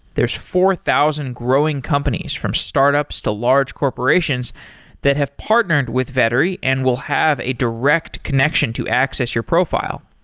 there's four thousand growing companies, from startups to large corporations that have partnered with vettery and will have a direct connection to access your profile.